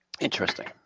Interesting